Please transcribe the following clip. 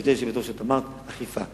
גברתי היושבת-ראש, את אמרת אכיפה.